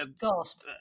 gasp